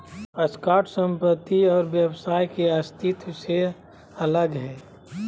stock संपत्ति और व्यवसाय के अस्तित्व से अलग हइ